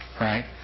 right